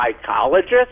psychologist